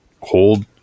hold